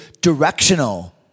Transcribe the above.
directional